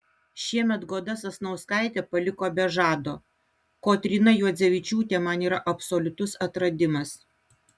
šiemet goda sasnauskaitė paliko be žado kotryna juodzevičiūtė man yra absoliutus atradimas